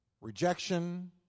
Rejection